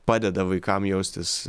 padeda vaikam jaustis